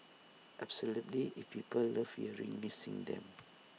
absolutely if people love hearing me sing them